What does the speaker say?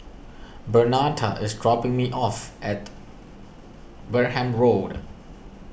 Bernetta is dropping me off at Wareham Road